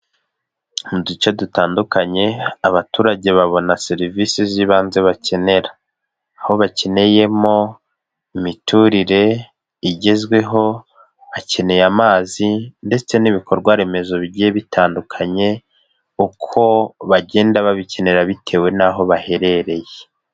Mu duce dutandukanye, abaturage babona serivisi z'ibanze bakenera, aho bakeneyemo imiturire igezweho, bakeneye amazi ndetse n'ibikorwaremezo bigiye bitandukanye, uko bagenda babikenera bitewe n'aho baherereye.